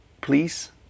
please